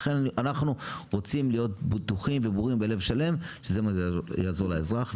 ולכן אנחנו רוצים להיות בטוחים וברורים בלב שלם שזה מה שיעזור לאזרח,